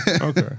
Okay